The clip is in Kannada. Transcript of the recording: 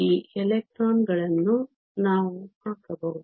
ಈ ಎಲೆಕ್ಟ್ರಾನ್ಗಳನ್ನು ನಾವು ಹಾಕಬಹುದು